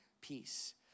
peace